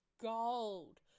gold